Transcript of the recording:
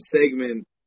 segment